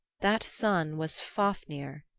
that son was fafnir,